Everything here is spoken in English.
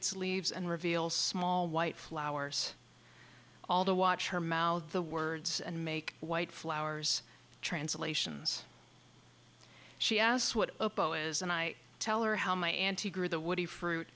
its leaves and reveal small white flowers although watch her mouth the words and make white flowers translations she asks what it is and i tell her how my auntie grew the woody fruit